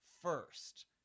first